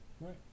right